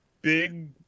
big